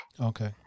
Okay